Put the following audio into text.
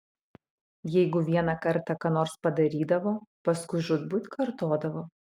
jeigu vieną kartą ką nors padarydavo paskui žūtbūt kartodavo